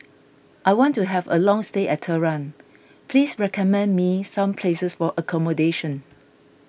I want to have a long stay at Tehran please recommend me some places for accommodation